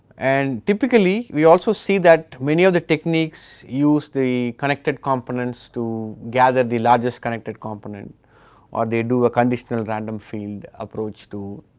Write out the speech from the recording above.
and typically we also see that many of the techniques use the collected components to gather the largest connected component or they do a conditional random field approach to